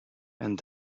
and